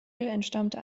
entstammte